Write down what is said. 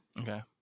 Okay